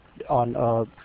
on